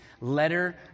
letter